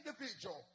individual